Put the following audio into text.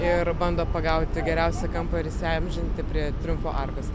ir bando pagauti geriausią kampą ir įsiamžinti prie triumfo arkos